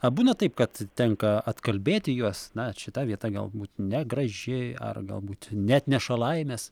a būna taip kad tenka atkalbėti juos na šita vieta galbūt negraži ar galbūt neatneša laimės